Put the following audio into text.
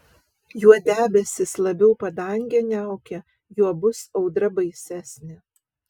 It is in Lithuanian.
juo debesys labiau padangę niaukia juo bus audra baisesnė